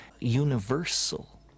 universal